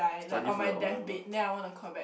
study for your O-level